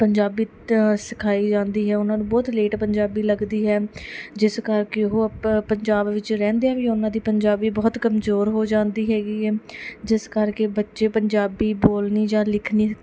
ਪੰਜਾਬੀ ਸਿਖਾਈ ਜਾਂਦੀ ਹੈ ਉਹਨਾਂ ਨੂੰ ਬਹੁਤ ਲੇਟ ਪੰਜਾਬੀ ਲੱਗਦੀ ਹੈ ਜਿਸ ਕਰਕੇ ਉਹ ਅਪ ਪੰਜਾਬ ਵਿੱਚ ਰਹਿੰਦਿਆਂ ਵੀ ਉਹਨਾਂ ਦੀ ਪੰਜਾਬੀ ਬਹੁਤ ਕਮਜ਼ੋਰ ਹੋ ਜਾਂਦੀ ਹੈਗੀ ਐ ਜਿਸ ਕਰਕੇ ਬੱਚੇ ਪੰਜਾਬੀ ਬੋਲਨੀ ਜਾਂ ਲਿਖਣੀ